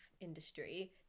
industry